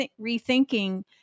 rethinking